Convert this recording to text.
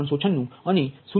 98396 અને 0j0